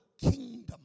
kingdom